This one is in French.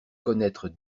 connaître